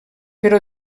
però